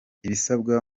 ibisabwa